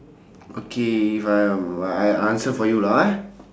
okay faham I I answer for you lah ah